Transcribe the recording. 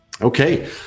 Okay